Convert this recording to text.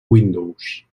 windows